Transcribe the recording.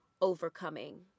overcoming